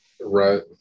Right